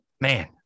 man